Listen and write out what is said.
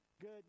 Good